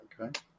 okay